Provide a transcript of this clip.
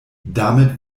damit